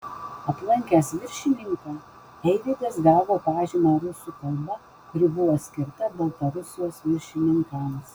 aplankęs viršininką eivydas gavo pažymą rusų kalba kuri buvo skirta baltarusijos viršininkams